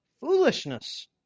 foolishness